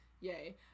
Yay